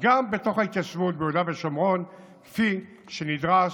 גם בתוך ההתיישבות ביהודה ושומרון, כפי שנדרש